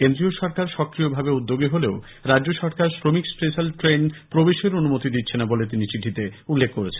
কেন্দ্রীয় সরকার সক্রিয়ভাবে উদ্যোগী হলেও রাজ্য সরকার শ্রমিক স্পেশাল ট্রেন প্রবেশের অনুমতি দিচ্ছে না বলে তিনি চিঠিতে উল্লেখ করেছেন